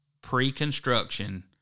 pre-construction